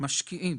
שמשקיעים